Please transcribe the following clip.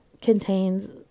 contains